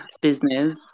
business